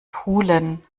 pulen